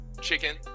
chicken